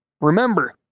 Remember